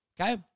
Okay